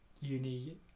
uni